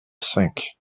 cinq